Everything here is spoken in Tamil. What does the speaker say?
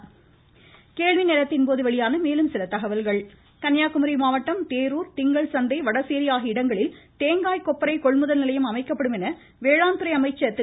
ம் ம் ம் ம் ம் ம கேள்வி நேரத்தின்போது வெளியான மேலும் சில தகவல்கள் கன்னியாகுமரி மாவட்டம் தேரூர் திங்கள் சந்தை வடசேரி ஆகிய இடங்களில் தேங்காய் கொப்பரை கொள்முதல் நிலையம் அமைக்கப்படும் என்று வேளாண் துறை அமைச்சர் திரு